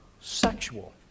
sexual